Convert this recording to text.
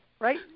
Right